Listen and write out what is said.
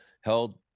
Held